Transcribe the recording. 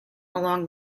along